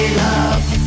love